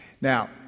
Now